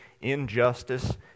injustice